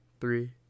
three